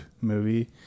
movie